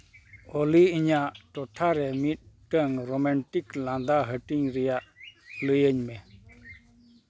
ᱚᱞᱤ ᱤᱧᱟᱹᱜ ᱴᱚᱴᱷᱟ ᱨᱮ ᱢᱤᱫᱴᱟᱱ ᱨᱳᱢᱟᱱᱴᱤᱠ ᱞᱟᱸᱫᱟ ᱦᱟᱹᱴᱤᱧ ᱨᱮᱭᱟᱜ ᱞᱟᱹᱭᱟᱹᱧ ᱢᱮ